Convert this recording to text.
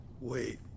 Wait